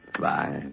Bye